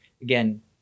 again